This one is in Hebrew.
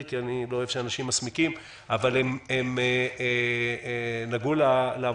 כי אני לא אוהב שאנשים מסמיקים אבל הם נגעו לעבודה.